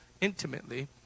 intimately